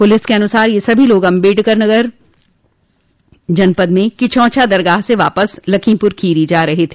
police के अनुसार यह सभी लोग अम्बेडकर जनपद में किछौछा दरगाह से वापस लखीमपुर खीरी जा रहे थ